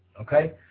Okay